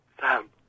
Sam